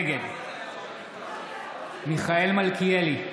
נגד מיכאל מלכיאלי,